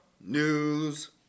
news